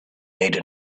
made